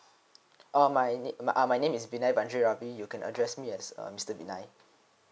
oh my ma~ ah my name is vinine bandury ravi you can address me as uh mister vinine